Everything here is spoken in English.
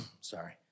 Sorry